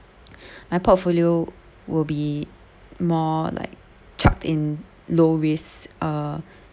my portfolio will be more like chucked in low risk uh